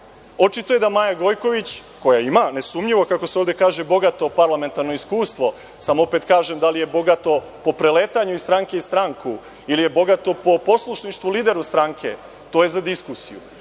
Očito je da Maja Gojković, koja ima nesumnjivo, kako se ovde kaže, bogato parlamentarno iskustvo, samo opet kažem, da li je bogato po preletanju iz stranke u stranku ili je bogato po poslušništvu lideru stranke, to je za diskusiju,